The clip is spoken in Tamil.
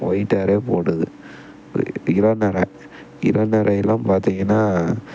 ஒயிட் ஹேரே போடுது இள நரை இள நரையிலாம் பார்த்திங்கன்னா